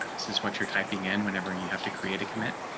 this is what you're typing in whenever you have to create a commit,